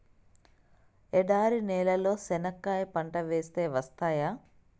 ఎడారి నేలలో చెనక్కాయ పంట వేస్తే వస్తాయా?